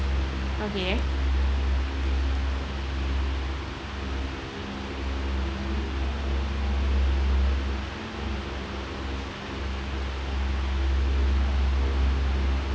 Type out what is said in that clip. okay